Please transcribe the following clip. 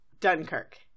dunkirk